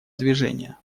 движения